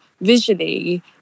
visually